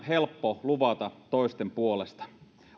helppo luvata toisten puolesta